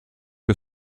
que